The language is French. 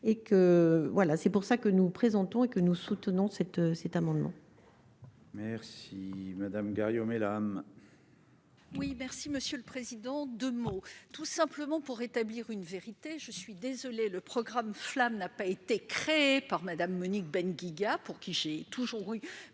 c'est pour ça que nous présentons et que nous soutenons cette cet amendement. Merci Madame Garriaud-Maylam. Oui, merci Monsieur le Président, 2 mots tout simplement pour rétablir une vérité, je suis désolé, le programme flamme n'a pas été créé par Madame Monique Ben Guiga, pour qui j'ai toujours eu